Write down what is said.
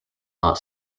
not